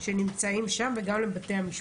שנמצאים שם וגם לבתי המשפט.